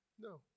No